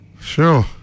Sure